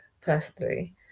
personally